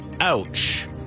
ouch